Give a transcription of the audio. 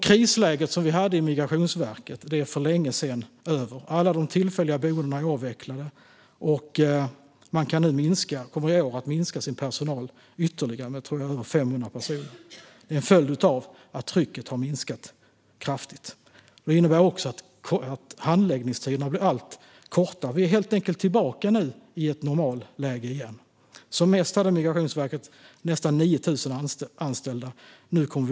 Krisläget som var i Migrationsverket är för länge sedan över. Alla de tillfälliga boendena är avvecklade, och man kommer i år att minska sin personal ytterligare med, tror jag, över 500 personer. Det är en följd av att trycket har minskat kraftigt. Det innebär också att handläggningstiderna blir allt kortare. Vi är nu helt enkelt tillbaka i ett normalläge igen. Som mest hade Migrationsverket nästan 9 000 anställda.